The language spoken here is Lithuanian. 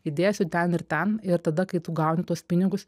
įdėsiu ten ir ten ir tada kai tu gauni tuos pinigus